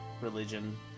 religion